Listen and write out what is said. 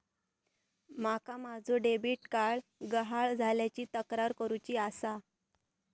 माका माझो debit card गहाळ झाल्याची तक्रार करुची आसा